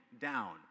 down